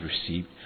received